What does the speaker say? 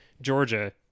Georgia